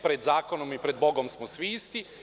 Pred zakonom i pred Bogom smo svi isti.